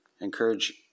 encourage